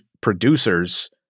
producers